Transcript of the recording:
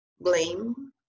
blame